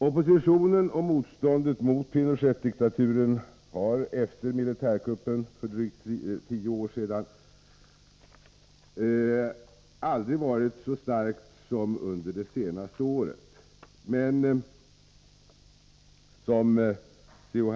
Oppositionen och motståndet mot Pinochet-diktaturen har efter militärkuppen för drygt tio år sedan aldrig varit så starkt som under det senaste året. Men som C.-H.